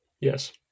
Yes